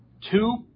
two